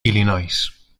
illinois